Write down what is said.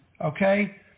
okay